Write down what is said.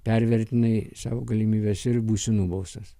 pervertinai savo galimybes ir būsi nubaustas